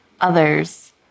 others